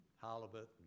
halibut